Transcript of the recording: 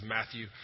Matthew